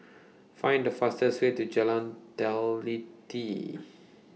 Find The fastest Way to Jalan Teliti